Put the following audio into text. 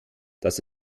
dass